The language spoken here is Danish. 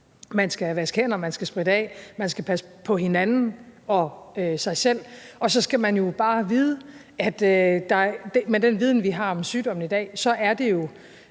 man skal vaske hænder og spritte af og man skal passe på hinanden og sig selv. Og så skal man jo bare vide med den viden, vi har om sygdommen i dag, at det jo